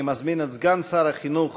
אני מזמין את סגן שר החינוך